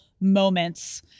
moments